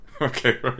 Okay